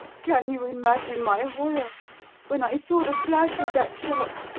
can you imagine my horror when i saw the flash of that shot,